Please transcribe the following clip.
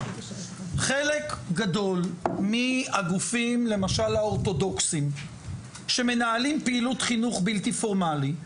חלק גדול מהגופים למשל האורתודוקסים שמנהלים פעילות חינוך בלתי פורמלי,